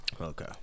Okay